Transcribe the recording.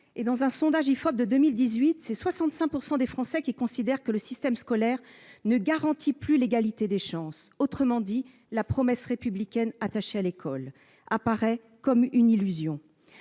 sondage réalisé par l'IFOP, en 2018, 65 % des Français considèrent que le système scolaire ne garantit plus l'égalité des chances. Autrement dit, la promesse républicaine attachée à l'école apparaît comme une illusion.